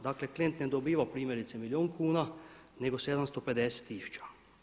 Dakle klijent ne dobiva primjerice milijun kuna nego 750 tisuća.